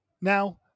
Now